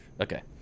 okay